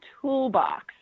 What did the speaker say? toolbox